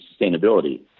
sustainability